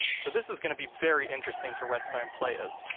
so this is going to be very interesting for redstone players.